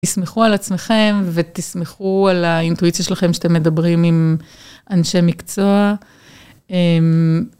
תסמכו על עצמכם ותסמכו על האינטואיציה שלכם שאתם מדברים עם אנשי מקצוע.